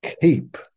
Keep